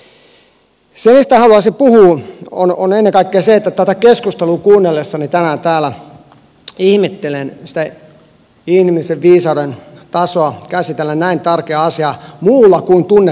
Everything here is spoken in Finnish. se mistä haluaisin puhua on ennen kaikkea se että tätä keskustelua kuunnellessani tänään täällä ihmettelen sitä inhimillisen viisauden tasoa käsitellä näin tärkeää asiaa muulla kuin tunnetasolla